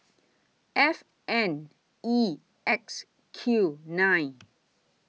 F N E X Q nine